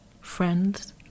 friends